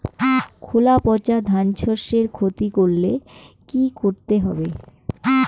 খোলা পচা ধানশস্যের ক্ষতি করলে কি করতে হবে?